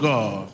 God